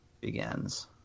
begins